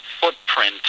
footprint